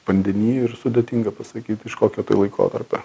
vandeny ir sudėtinga pasakyt iš kokio tai laikotarpio